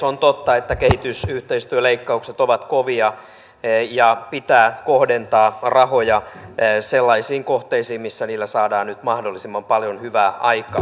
on totta että kehitysyhteistyöleikkaukset ovat kovia ja pitää kohdentaa rahoja sellaisiin kohteisiin missä niillä saadaan nyt mahdollisimman paljon hyvää aikaan